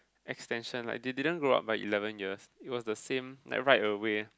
extension like they didn't grow up by eleven years it was the same like right away